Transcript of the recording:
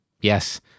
Yes